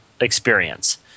experience